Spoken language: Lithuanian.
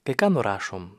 kai ką nurašom